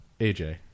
AJ